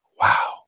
wow